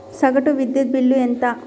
సగటు విద్యుత్ బిల్లు ఎంత?